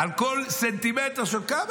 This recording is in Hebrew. על כל סנטימטר של כמה?